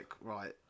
right